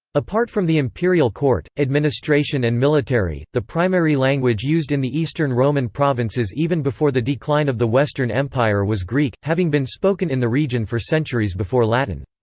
apart from the imperial court, administration and military, the primary language used in the eastern roman provinces even before the decline of the western empire was greek, having been spoken in the region for centuries before latin.